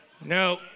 No